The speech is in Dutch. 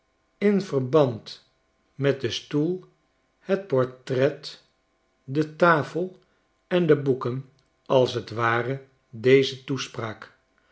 in verband met den stoel het portret dtafel en de boeken als t ware deze toespraak